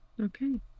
Okay